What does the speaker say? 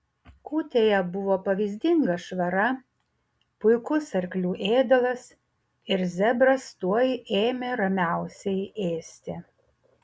kūtėje buvo pavyzdinga švara puikus arklių ėdalas ir zebras tuoj ėmė ramiausiai ėsti